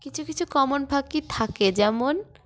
কিছু কিছু কমন পাখি থাকে যেমন